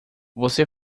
você